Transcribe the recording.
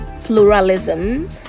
pluralism